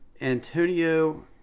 Antonio